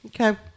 okay